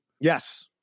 Yes